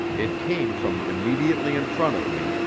it came from immediately in front of me,